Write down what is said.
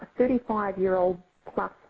35-year-old-plus